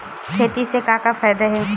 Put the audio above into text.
खेती से का का फ़ायदा हे?